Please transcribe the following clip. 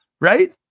right